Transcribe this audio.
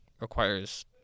requires